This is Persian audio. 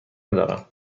ندارم